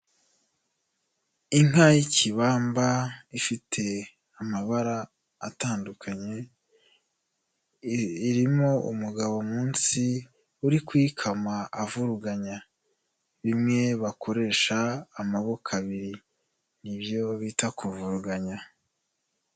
Inka y'ikibamba ifite amabara atandukanye, irimo umugabo munsi uri kuyikama avuruganya. Bimwe bakoresha amaboko. Nibyo bita kuvuruganya.